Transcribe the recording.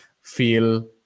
feel